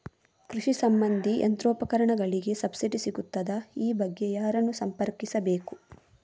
ಕೃಷಿ ಸಂಬಂಧಿ ಯಂತ್ರೋಪಕರಣಗಳಿಗೆ ಸಬ್ಸಿಡಿ ಸಿಗುತ್ತದಾ? ಈ ಬಗ್ಗೆ ಯಾರನ್ನು ಸಂಪರ್ಕಿಸಬೇಕು?